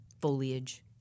foliage